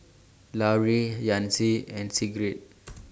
Laurie Yancy and Sigrid